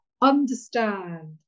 Understand